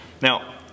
Now